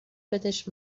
بدش